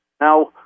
Now